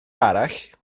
arall